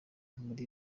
muri